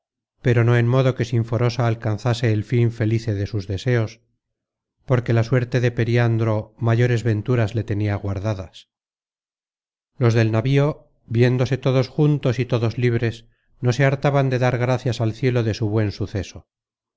pero no en modo que sinforosa alcanzase el fin felice de sus deseos porque la suerte de periandro mayores venturas le tenia guardadas los del navío viéndose todos juntos y todos libres no se hartaban de dar gracias al cielo de su buen suceso